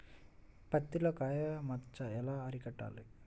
పత్తిలో కాయ మచ్చ ఎలా అరికట్టాలి?